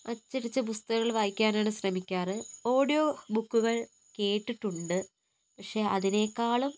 അച്ചടിച്ച പുസ്തകങ്ങൾ വായിക്കാനാണ് ശ്രമിക്കാറ് ഓഡിയോ ബുക്കുകൾ കേട്ടിട്ടുണ്ട് പക്ഷെ അതിനേക്കാളും